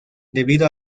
debido